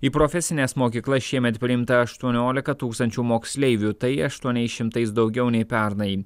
į profesines mokyklas šiemet priimta aštuoniolika tūkstančių moksleivių tai aštuoniais šimtais daugiau nei pernai